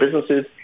businesses